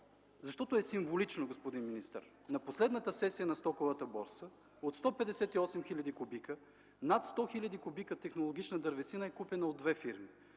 Защото е символично, господин министър – на последната сесия на стоковата борса от 158 хил. кубика над 100 хил. кубика технологична дървесина е купена от две фирми.